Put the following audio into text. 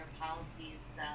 policies